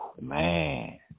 Man